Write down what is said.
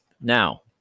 Now